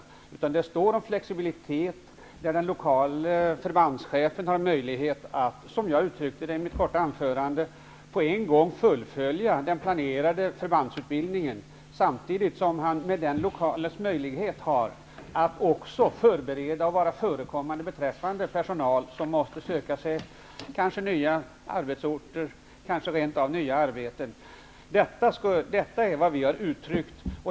Det står skrivet om flexibilitet, att den lokale förbandschefen har möjlighet att, som jag uttryckte det i mitt korta anförande, fullfölja den planerade förbandsutbildningen och samtidigt förbereda och vara förekommande beträffande personal som kanske måste söka sig nya arbetsorter eller rent av nya arbeten. Detta är vad vi har uttryckt.